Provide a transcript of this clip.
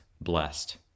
blessed